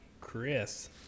Chris